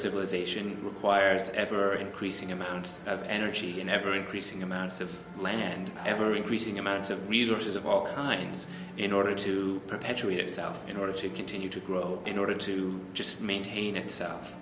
civilization requires ever increasing amounts of energy and ever increasing amounts of land ever increasing amounts of resources of all kinds in order to perpetuate itself in order to continue to grow in order to just maintain itself